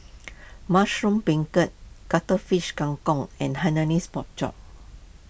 Mushroom Beancurd Cuttlefish Kang Kong and Hainanese Pork Chop